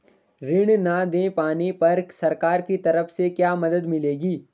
ऋण न दें पाने पर सरकार की तरफ से क्या मदद मिलेगी?